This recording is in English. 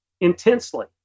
intensely